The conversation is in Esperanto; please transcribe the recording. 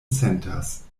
sentas